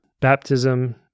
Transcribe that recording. baptism